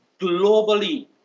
globally